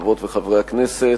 חברות וחברי הכנסת,